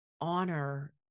honor